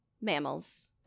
mammals